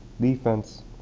Defense